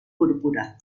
púrpura